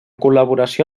col·laboració